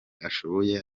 ashoboye